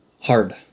hard